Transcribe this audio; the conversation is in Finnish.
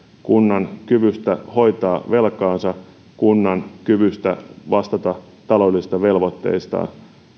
kunnan kyvystä hoitaa velkaansa kunnan kyvystä vastata taloudellisista velvoitteistaan